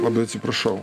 labai atsiprašau